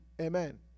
Amen